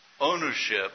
ownership